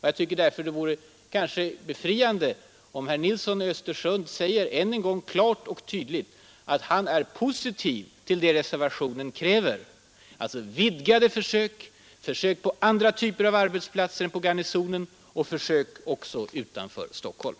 Jag tycker därför att det vore befriande, om herr Nilsson i Östersund klart och tydligt vill säga att han är positiv till det reservationen kräver: vidgade försök på andra typer av arbetsplatser än på Garnisonen och försök också utanför Stockholm.